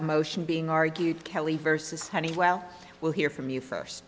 motion being argued kelli versus honeywell we'll hear from you first